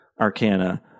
Arcana